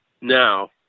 now